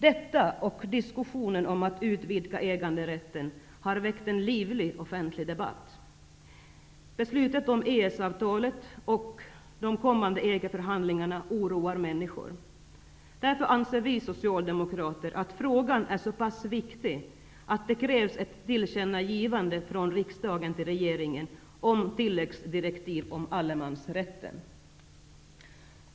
Detta och diskussionen om att utvidga äganderätten har väckt en livlig offentlig debatt. förhandlingarna oroar människor. Därför anser vi socialdemokrater att frågan är så pass viktig att det krävs ett tillkännagivande från riksdagen till regeringen om tilläggsdirektiv om allemansrätten.